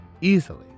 easily